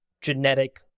genetic